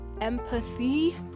empathy